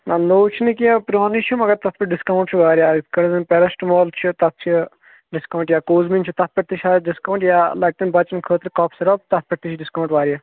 نہ نوٚو چھُنہٕ کینٛہہ پرون چھُ مگر تتھ ڈِسکاوٗنٹ چھُ واریاہ یتھۍ کنٮ۪ن زن پیرسٹٕمال چھُ تتھ چھُ ڈِسکاوُٹ چھُ یا کوٗزومِن چھِ تتھ پٮ۪ٹھ تہِ چھُ شاید ڈِسکاوُنٹ یا لۄکٹٮ۪ن بچن خٲطرٕ کف سٔرپ تتھ پٮ۪ٹھ تہِ چھُ ڈِسکاوُنٹ واریاہ